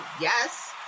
Yes